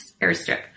airstrip